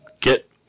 get